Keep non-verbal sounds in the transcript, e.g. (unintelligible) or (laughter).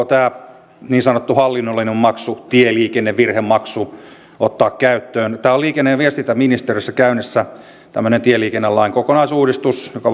(unintelligible) tämä niin sanottu hallinnollinen maksu tieliikennevirhemaksu ottaa käyttöön liikenne ja viestintäministeriössä on käynnissä tämmöinen tieliikennelain kokonaisuudistus josta (unintelligible)